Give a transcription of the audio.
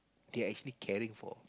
they're actually caring for